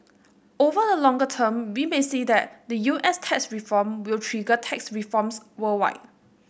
over the longer term we may see that the U S tax reform will trigger tax reforms worldwide